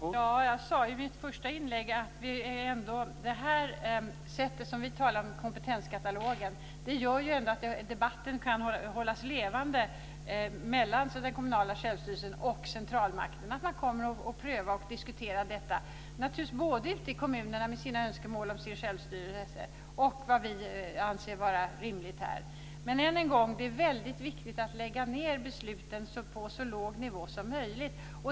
Herr talman! Jag sade i mitt första inlägg att det sätt som vi talar om, kompetenskatalogen, gör att debatten kan hållas levande mellan den kommunala självstyrelsen och centralmakten, att man kommer att pröva och diskutera detta naturligtvis både ute i kommunerna med sina önskemål om självstyrelse och här utifrån vad vi anser vara rimligt. Det är väldigt viktigt att lägga ned besluten på så låg nivå som möjligt.